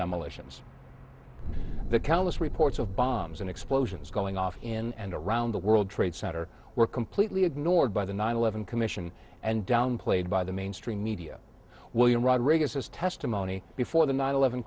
demolitions the callous reports of bombs and explosions going off in and around the world trade center were completely ignored by the nine eleven commission and downplayed by the mainstream media william rodriguez his testimony before the nine eleven